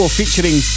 featuring